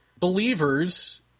believers